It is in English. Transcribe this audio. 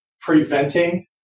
preventing